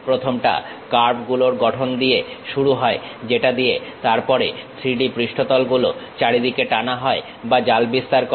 প্রথমটা কার্ভ গুলোর গঠন দিয়ে শুরু হয় যেটা দিয়ে তারপরে 3D পৃষ্ঠতল গুলো চারিদিকে টানা হয় বা জাল বিস্তার করে